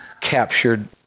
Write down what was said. captured